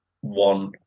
one